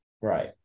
Right